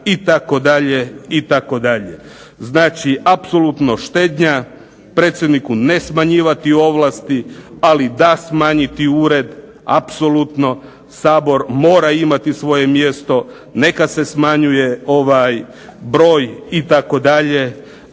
kuna itd. Znači apsolutno štednja, predsjedniku smanjivati ovlasti, ali da smanjiti ured, apsolutno. Sabor mora imati svoje mjesto, neka se smanjuje broj itd. ali